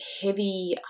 heavy